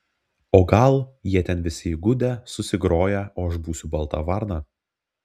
o gal jie ten visi įgudę susigroję o aš būsiu balta varna